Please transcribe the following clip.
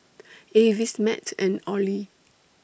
Avis Matt and Ollie